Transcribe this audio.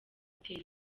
bitera